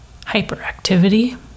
hyperactivity